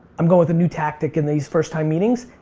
i'm going with a new tactic in these first time meetings,